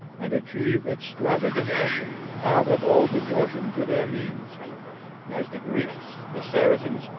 and achieve extravagant actions, out of all proportion to their means as the greeks, the saracens,